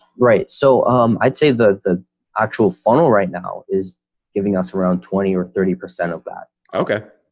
right, so um i'd say the actual funnel right now is giving us around twenty or thirty percent of that. okay?